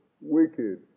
wicked